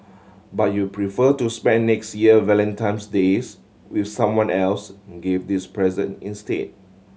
but you prefer to spend next year Valentine's Days with someone else give these present instead